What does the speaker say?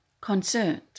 concerned